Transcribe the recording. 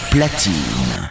Platine